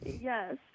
Yes